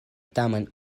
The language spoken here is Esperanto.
tamen